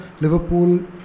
Liverpool